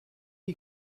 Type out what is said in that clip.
est